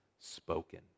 spoken